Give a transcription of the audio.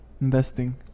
Investing